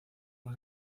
mas